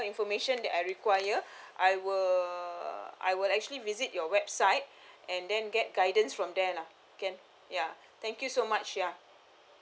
information that I require I will I will actually visit your website and then get guidance from there lah can ya thank you so much ya